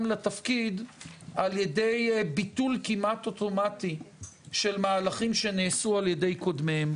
לתפקיד על-ידי ביטול כמעט אוטומטי של מהלכים שנעשו על-ידי קודמיהם.